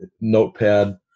Notepad